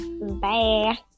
Bye